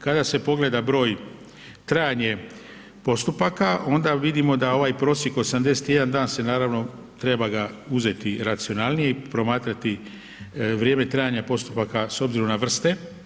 Kada se pogleda broj trajanje postupaka onda vidimo da ovaj prosjek 81 dan se naravno treba ga uzeti racionalnije i promatrati vrijeme trajanja postupaka s obzirom na vrste.